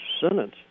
sentence